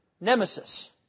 nemesis